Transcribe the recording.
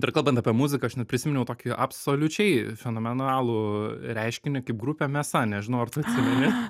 ir kalbant apie muziką aš net prisiminiau tokį absoliučiai fenomenalų reiškinį kaip grupė mėsa nežinau ar tu atsimeni